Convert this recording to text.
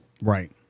Right